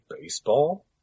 baseball